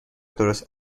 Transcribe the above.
درست